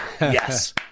Yes